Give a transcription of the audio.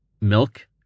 Milk